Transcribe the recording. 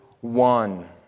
one